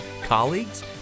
colleagues